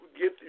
get